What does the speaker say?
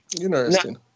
Interesting